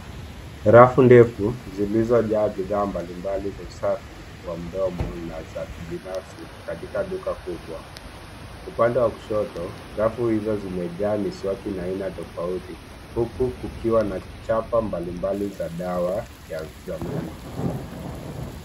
Rafu ndefu zilizojaa bidhaa mbalimbali za usafi wa mdomo na za kibinafsi katika duka kubwa. Upande wa kushoto, rafu hizo zimejaa miswaki na aina tofauti, huku kukiwa na chapa mbalimbali za dawa za meno.